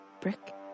Brick